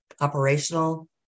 operational